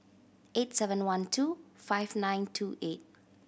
eight seven one two five nine two eight